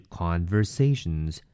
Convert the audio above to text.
conversations